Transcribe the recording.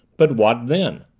but what then?